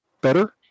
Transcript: Better